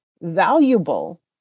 valuable